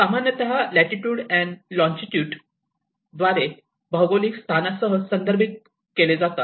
सामान्यतः latitude and longitude द्वारे भौगोलिक स्थानासह संदर्भित केले जाते